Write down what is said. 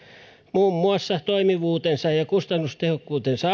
muun muassa toimivuutensa ja kustannustehokkuutensa